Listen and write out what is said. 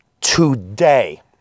today